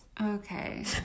Okay